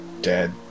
dead